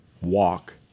walk